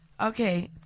okay